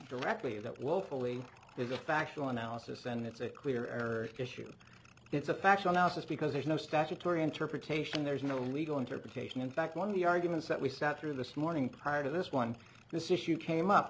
directly that lawfully is a factual analysis and it's a clear eric issue it's a factual mouses because there's no statutory interpretation there's no legal interpretation in fact one of the arguments that we sat through this morning prior to this one this issue came up